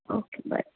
okay bye